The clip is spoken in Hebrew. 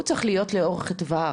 הוא צריך להיות לאורך טווח,